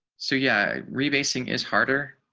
so yeah rebasing is harder,